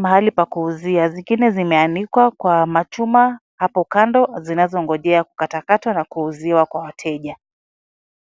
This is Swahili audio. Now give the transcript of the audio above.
mahali pa kuuzia. Zingine zimeanikwa kwa machuma hapo kando zinazongojea kukatwa katwa na kuuziwa kwa wateja.